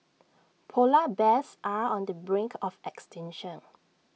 Polar Bears are on the brink of extinction